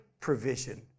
provision